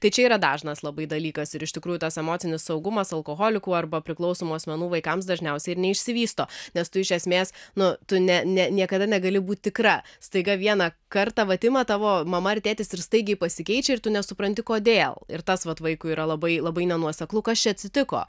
tai čia yra dažnas labai dalykas ir iš tikrųjų tas emocinis saugumas alkoholikų arba priklausomų asmenų vaikams dažniausiai ir neišsivysto nes tu iš esmės nu tu ne ne niekada negali būt tikra staiga vieną kartą vat ima tavo mama ar tėtis ir staigiai pasikeičia ir tu nesupranti kodėl ir tas vat vaikui yra labai labai nenuoseklu kas čia atsitiko